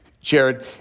Jared